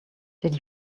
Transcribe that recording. did